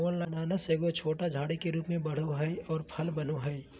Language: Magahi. अनानास एगो छोटा झाड़ी के रूप में बढ़ो हइ और फल बनो हइ